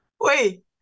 wait